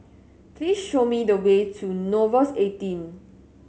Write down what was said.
please show me the way to Nouvels eighteen